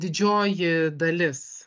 didžioji dalis